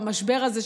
במשבר הזה,